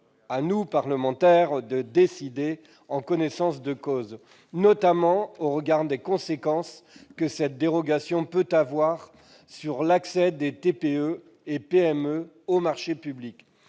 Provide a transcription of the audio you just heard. à nous parlementaires, de décider en connaissance de cause, notamment au regard des conséquences que cette dérogation peut entraîner pour l'accès des TPE et des PME aux marchés publics.